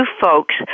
folks